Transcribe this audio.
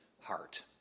heart